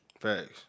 Facts